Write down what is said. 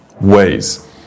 ways